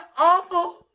awful